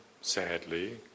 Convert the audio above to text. sadly